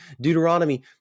Deuteronomy